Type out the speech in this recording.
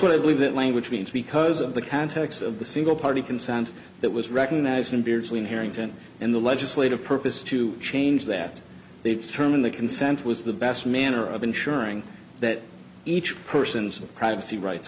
what i believe that language means because of the context of the single party consent that was recognized in beardsley in harrington in the legislative purpose to change that they determine that consent was the best manner of ensuring that each person's privacy rights